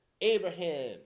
Abraham